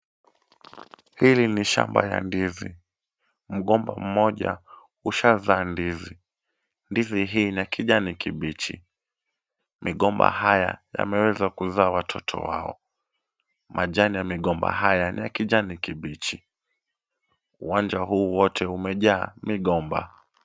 Hili ni shamba la ndizi. Mgomba mmoja umeshaa zaa ndizi. Ndizi hii ni ya kijani kibichi. Migomba haya yameweza kuzaa watoto wao. Majani ya migomba haya ni ya kijani kibichi. Uwanja huu wote umejaa migomba.